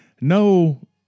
no